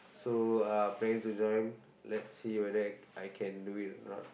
so uh I'm planning to join let's see whether I I can do it or not